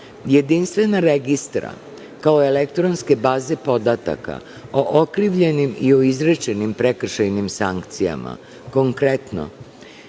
jedinstvena registra kao elektronske baze podataka o okrivljenim i o izrečenim prekršajnim sankcijama. Konkretno,